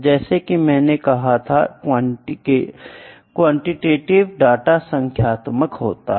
जैसा कि मैंने कहा था क्वांटिटीव डाटा संख्यात्मक होता है